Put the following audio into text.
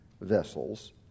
vessels